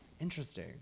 Interesting